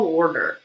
order